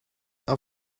are